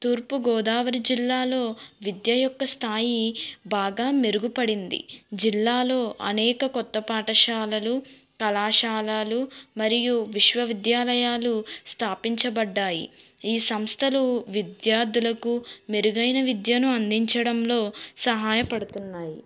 తూర్పుగోదావరి జిల్లాలో విద్య యొక్క స్థాయి బాగా మెరుగుపడింది జిల్లాలో అనేక కొత్త పాఠశాలలు కళాశాలలు మరియు విశ్వవిద్యాలయాలు స్థాపించబడినాయి ఈ సంస్థలు విద్యార్థులకు మెరుగైన విద్యను అందించడంలో సహాయపడుతున్నాయి